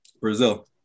Brazil